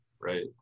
right